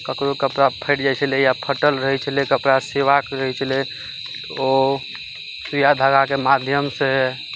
ककरो कपड़ा फाटि जाइ छलै या फाटल रहै छलै कपड़ा सेवा रहै छलै ओ सुइया धगाके माध्यम से